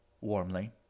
Warmly